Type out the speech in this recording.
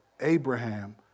Abraham